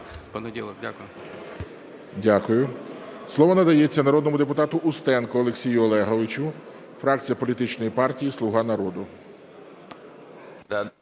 Дякую.